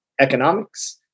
economics